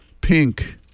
pink